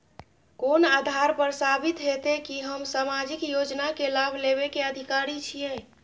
कोन आधार पर साबित हेते की हम सामाजिक योजना के लाभ लेबे के अधिकारी छिये?